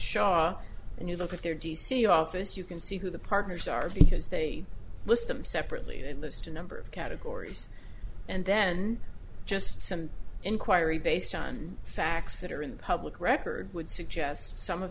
show and you look at their d c office you can see who the partners are because they list them separately they list a number of categories and then just send inquiry based on facts that are in the public record would suggest some of